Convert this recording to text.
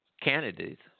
Candidates